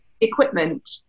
equipment